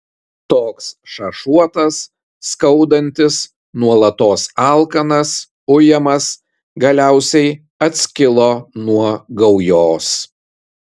toks šašuotas skaudantis nuolatos alkanas ujamas galiausiai atskilo nuo gaujos